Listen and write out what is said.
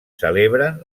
celebren